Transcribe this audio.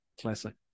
classic